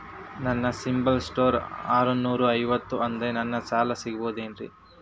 ನನ್ನ CIBIL score ಆರನೂರ ಐವತ್ತು ಅದರೇ ನನಗೆ ಸಾಲ ಸಿಗಬಹುದೇನ್ರಿ?